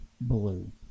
blue